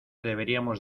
deberíamos